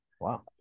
Wow